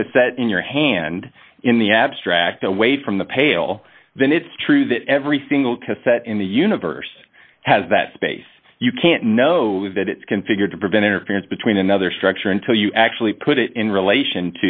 the cassette in your hand in the abstract away from the pail then it's true that every single cassette in the universe has that space you can't know that it's configured to prevent interference between another structure until you actually put it in relation